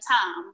time